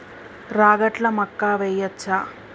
రాగట్ల మక్కా వెయ్యచ్చా?